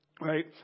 Right